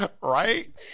Right